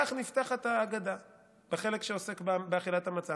כך נפתחת ההגדה בחלק שעוסק באכילת המצה.